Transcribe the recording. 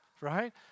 right